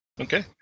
Okay